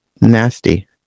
nasty